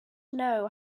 know